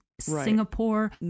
singapore